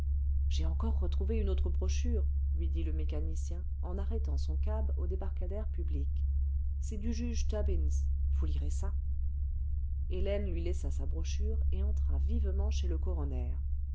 j'ai encore retrouvé une autre brochure lui dit le mécanicien en arrêtant son cab au débarcadère public c'est du juge tubbins vous lirez ça hélène lui laissa sa brochure et entra vivement chez le coroner